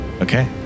Okay